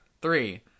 Three